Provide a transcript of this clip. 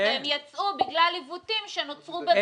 והן יצאו בגלל עיוותים שנוצרו בבג"ץ.